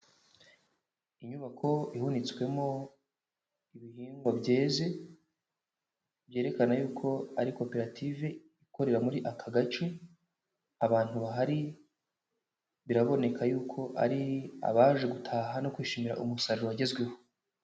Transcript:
Inyubako ihunitswemo ibihingwa byeze, byerekana yuko ari koperative ikorera muri aka gace, abantu bahari biraboneka yuko ari abaje gutaha no kwishimira umusaruro wagezweho.